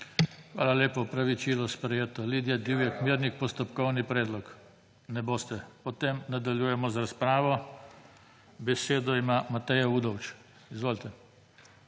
Hvala lepa. Opravičilo sprejeto. Lidija Divjak Mirnik, postopkovni predlog? Ne boste. Potem nadaljujemo z razpravo. Besedo ima Mateja Udovč. Izvolite.